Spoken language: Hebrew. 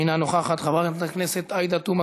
חברת הכנסת יעל כהן-פארן,